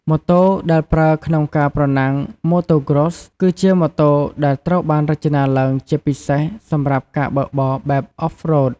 ម៉ូតូដែលប្រើក្នុងការប្រណាំង Motocross គឺជាម៉ូតូដែលត្រូវបានរចនាឡើងជាពិសេសសម្រាប់ការបើកបរបែប Off-road ។